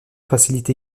facilite